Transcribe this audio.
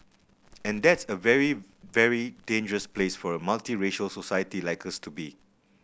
and that's a very very dangerous place for a multiracial society like us to be